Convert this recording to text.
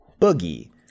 boogie